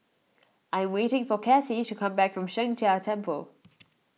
I am waiting for Kassie to come back from Sheng Jia Temple